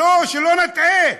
שלא נטעה.